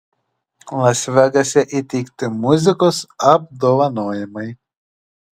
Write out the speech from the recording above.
las vegase įteikti muzikos apdovanojimai